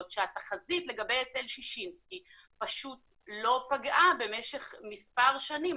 שהתחזית לגבי היטל ששינסקי פשוט לא פגעה במשך מספר שנים?